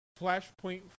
flashpoint